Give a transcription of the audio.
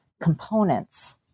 components